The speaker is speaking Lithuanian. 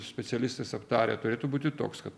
specialistais aptarę turėtų būti toks kad